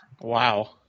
Wow